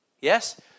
Yes